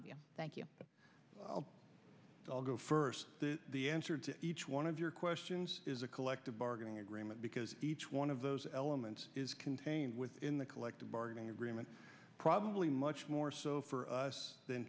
of you thank you i'll i'll go first the answer to each one of your questions is a collective bargaining agreement because each one of those elements is contained within the collective bargaining agreement probably much more so for us than